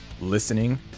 listening